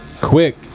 quick